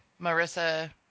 marissa